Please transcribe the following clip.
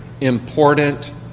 important